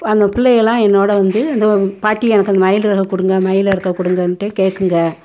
அந்த பிள்ளைகள்லாம் என்னோட வந்து அந்த ஒரு பாட்டி எனக்கு அந்த மயில் இறக கொடுங்க மயில் இறக கொடுங்கன்ட்டே கேட்குங்க